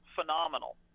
phenomenal